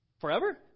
forever